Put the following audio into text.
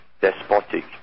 despotic